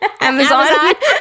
Amazon